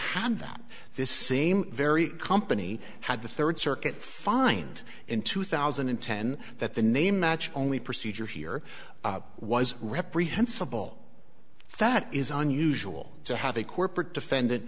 had that this same very company had the third circuit find in two thousand and ten that the name match only procedure here was reprehensible that is unusual to have a corporate defendant